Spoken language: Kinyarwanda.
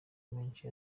menshi